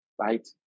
right